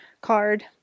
card